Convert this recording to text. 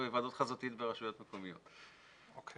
ההנחיה תהיה להשתמש ב"זום" כמה שיותר דומה לדיון רגיל,